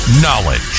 knowledge